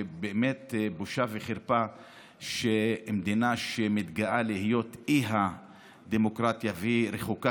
ובאמת בושה וחרפה שמדינה שמתגאה להיות אי הדמוקרטיה רחוקה